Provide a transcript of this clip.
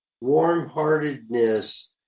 Warm-heartedness